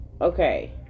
Okay